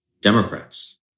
Democrats